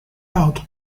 out